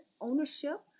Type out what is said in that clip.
ownership